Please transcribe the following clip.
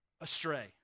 astray